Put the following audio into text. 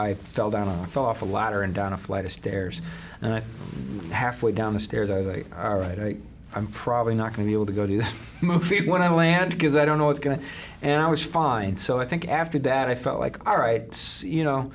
i fell down a thoughtful ladder and down a flight of stairs and i halfway down the stairs i was like i'm probably not going to able to go to my feet when i land because i don't know what's going to and i was fine so i think after that i felt like all right you know